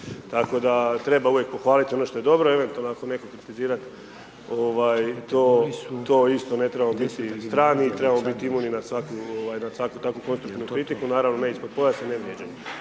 Tako da treba uvijek pohvaliti ono što je dobro, eventualno ako netko kritizira, to isto ne trebamo biti strani, trebamo biti imuni na svaku takvu konstruktivnu kritiku, naravno ne ispod pojasa